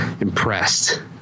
impressed